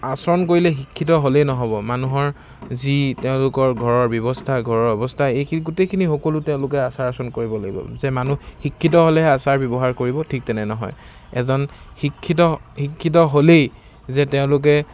আচৰণ কৰিলে শিক্ষিত হ'লেই নহ'ব মানুহৰ যি তেওঁলোকৰ ঘৰৰ ব্যৱস্থা ঘৰৰ অৱস্থা এইখিনি গোটেইখিনি সকলো তেওঁলোকে আচাৰ আচৰণ কৰিব লাগিব যে মানুহ শিক্ষিত হ'লেহে আচাৰ ব্যৱহাৰ কৰিব ঠিক তেনে নহয় এজন শিক্ষিত শিক্ষিত হ'লেই যে তেওঁলোকে